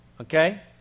Okay